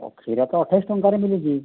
ହଁ କ୍ଷୀର ତ ଅଠେଇଶ ଟଙ୍କାରେ ମିଳୁଛି